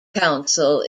council